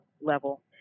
level